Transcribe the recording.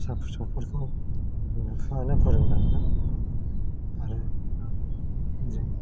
फिसा फिसौफोरखौ बिमा बिफायानो फोरोंनांगोन आरो जों